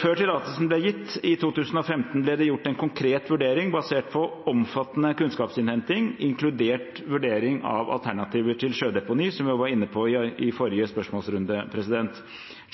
Før tillatelsen ble gitt i 2015, ble det gjort en konkret vurdering basert på omfattende kunnskapsinnhenting, inkludert vurdering av alternativer til sjødeponi, som vi også var inne på i forrige spørsmålsrunde.